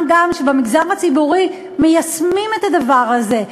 מה גם שבמגזר הציבורי מיישמים את הדבר הזה.